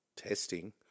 Testing